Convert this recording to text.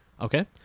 Okay